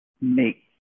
make